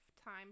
time